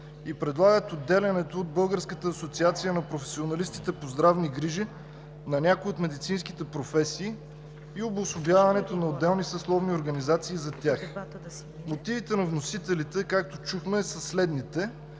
и предлагат отделянето от Българската асоциация на професионалистите по здравни грижи на някои от медицинските професии и обособяването на отделни съсловни организации за тях. Мотивите на вносителите, както чухме, са следните: